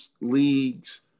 league's